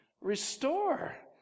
restore